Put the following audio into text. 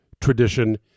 Tradition